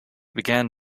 began